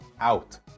out